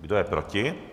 Kdo je proti?